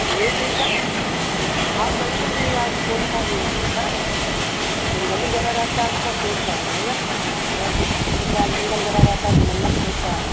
मेरे जैसा हाँ मंगल भी या सोम का भी हो सकता हे न रहता हे उसका सोम का हो जाएगा और जैसे मंगल गरा रहता हे तो मंगल को होता हे